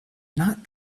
not